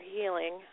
healing